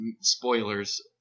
spoilers